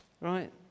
right